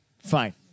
Fine